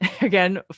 again